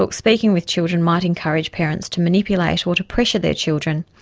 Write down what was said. speaking with children might encourage parents to manipulate or to pressure their children.